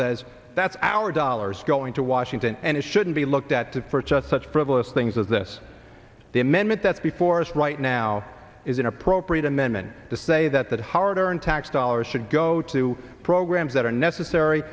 says that's our dollars going to washington and it shouldn't be looked at to for just such frivolous things as this the amendment that's before us right now is an appropriate amendment to say that that hard earned tax dollars should go to programs that are necessary